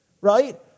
right